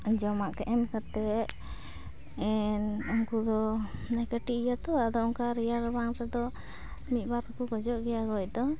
ᱡᱚᱢᱟᱜᱠᱚ ᱮᱢ ᱠᱟᱛᱮᱫ ᱩᱱᱠᱩ ᱫᱚ ᱠᱟᱹᱴᱤᱡ ᱜᱮᱭᱟᱛᱚ ᱟᱫᱚ ᱚᱱᱠᱟ ᱨᱮᱭᱟᱲ ᱨᱟᱵᱟᱝ ᱨᱮᱫᱚ ᱢᱤᱫᱵᱟᱨ ᱫᱚᱠᱚ ᱜᱚᱡᱚᱜ ᱜᱮᱭᱟ ᱜᱚᱡᱫᱚ